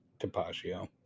Tapatio